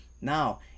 Now